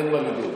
אין מה לדאוג.